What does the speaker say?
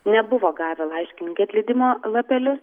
nebuvo gavę laiškininkai atleidimo lapelius